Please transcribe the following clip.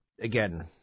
again